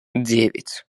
девять